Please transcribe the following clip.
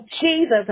Jesus